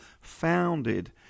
founded